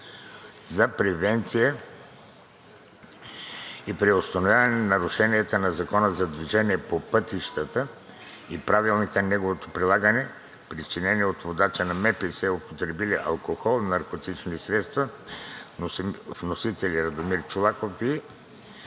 за превенция и преустановяване на нарушенията на Закона за движение по пътищата и правилника за неговото прилагане, причинени от водачи на МПС, употребили алкохол и наркотични вещества. Вносители: Радомир Чолаков и